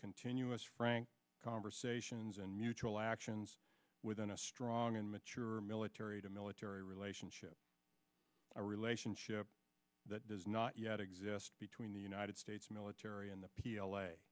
continuous frank conversations and mutual actions within a strong and mature military to military relationship a relationship that does not yet exist between the united states military and the p l a